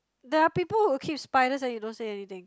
there are people who keep spiders and you don't say anything